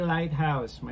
Lighthouse